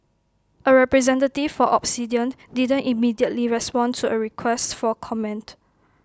A representative for Obsidian didn't immediately respond to A request for comment